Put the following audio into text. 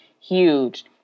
huge